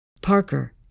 Parker